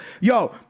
Yo